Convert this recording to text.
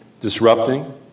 disrupting